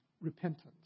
repentance